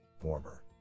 former